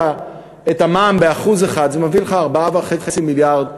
המע"מ ב-1% זה מביא לך 4.5 מיליארד שקל,